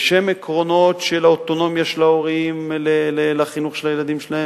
בשם עקרונות של האוטונומיה של ההורים לחינוך של הילדים שלהם.